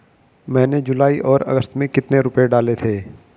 मैंने जुलाई और अगस्त में कितने रुपये डाले थे?